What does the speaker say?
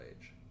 age